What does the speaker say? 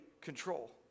control